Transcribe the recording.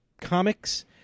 comics